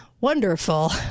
wonderful